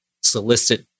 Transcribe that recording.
solicit